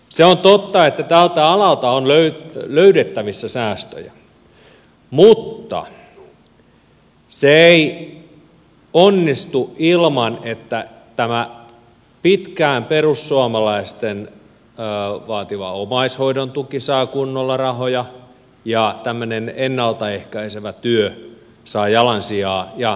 se on totta että tältä alalta on löydettävissä säästöjä mutta se ei onnistu ilman että tämä pitkään perussuomalaisten vaatima omaishoidon tuki saa kunnolla rahoja ja tämmöinen ennalta ehkäisevä työ saa jalansijaa ja rahoja